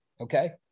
okay